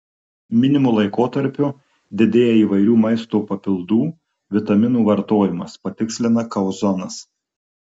minimu laikotarpiu didėja įvairių maisto papildų vitaminų vartojimas patikslina kauzonas